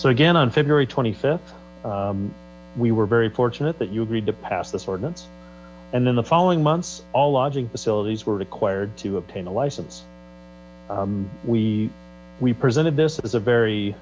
so again on february th we were very fortunate that you agreed to pass this ordinance and then the following months all lodging facilities were required to obtain a license we we presented this as a very